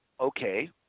okay